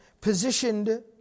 positioned